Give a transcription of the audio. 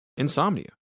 insomnia